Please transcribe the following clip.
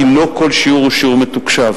כי לא כל שיעור הוא שיעור מתוקשב.